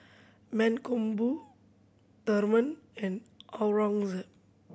Mankombu Tharman and Aurangzeb